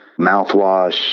mouthwash